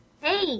Hey